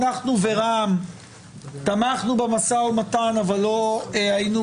אנחנו ורע"מ תמכנו במשא ומתן אבל לא היינו